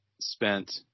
spent